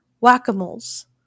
whack-a-moles